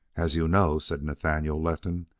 as you know, said nathaniel letton,